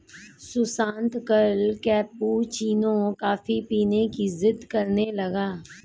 सुशांत कल cappuccino coffee पीने की जिद्द करने लगा